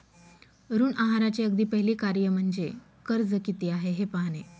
ऋण आहाराचे अगदी पहिले कार्य म्हणजे कर्ज किती आहे हे पाहणे